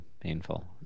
painful